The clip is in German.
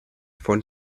von